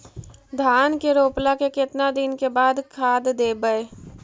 धान के रोपला के केतना दिन के बाद खाद देबै?